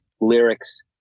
lyrics